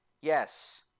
Yes